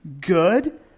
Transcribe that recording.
good